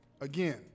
Again